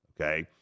okay